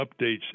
updates